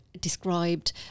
described